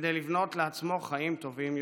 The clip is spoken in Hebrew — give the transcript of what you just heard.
כדי לבנות לעצמו חיים טובים יותר.